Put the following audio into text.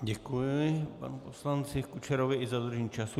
Děkuji panu poslanci Kučerovi i za dodržení času.